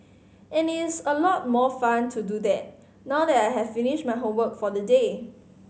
and it is a lot more fun to do that now that I have finished my homework for the day